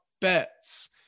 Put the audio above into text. bets